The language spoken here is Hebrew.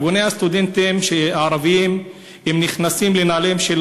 ארגוני הסטודנטים הערביים נכנסים לנעליהן של